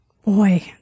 Boy